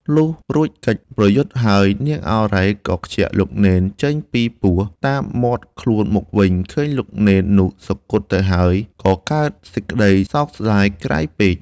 លុះរួចកិច្ចប្រយុទ្ធហើយ នាងឱរ៉ៃ ក៏ខ្ជាក់លោកនេនចេញពីពោះតាមមាត់ខ្លួនមកវិញ ឃើញលោកនេននោះ សុគតទៅហើយ ក៏កើតសេចក្តីសោកស្តាយក្រៃពេក ។